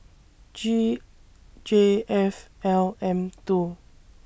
G J F L M two